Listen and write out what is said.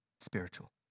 spiritual